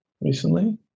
recently